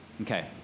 Okay